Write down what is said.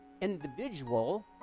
individual